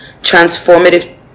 transformative